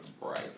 right